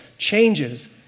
changes